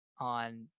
on